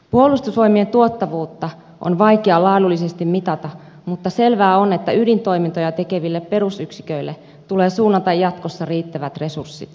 puolustusvoimien tuottavuutta on vaikea laadullisesti mitata mutta selvää on että ydintoimintoja tekeville perusyksiköille tulee suunnata jatkossa riittävät resurssit